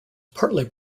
partly